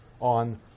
on